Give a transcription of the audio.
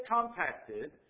compacted